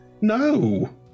No